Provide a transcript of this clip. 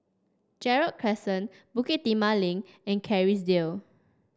Gerald Crescent Bukit Timah Link and Kerrisdale